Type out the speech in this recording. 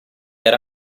era